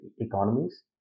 economies